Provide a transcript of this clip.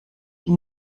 die